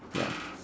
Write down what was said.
ya